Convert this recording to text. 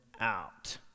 out